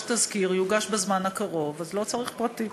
יש תזכיר, יוגש בזמן הקרוב, אז לא צריך חוק פרטי.